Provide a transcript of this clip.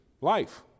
life